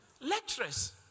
Lecturers